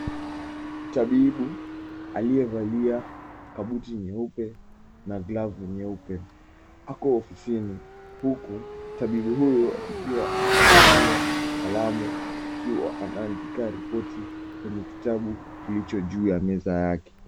Tabibu aliyevalia kabuti nyeupe na glavu nyeupe, ako ofisini huku tabibu huyo akiwa ameshikilia kalamu akiwa anaandika ripoti kwenye kitabu kilicho juu ya meza yake.